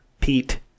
Pete